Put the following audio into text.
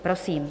Prosím.